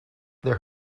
there